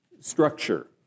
structure